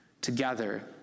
together